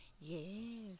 Yes